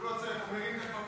הוא לא צריך, הוא מרים את הכפפה.